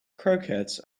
croquettes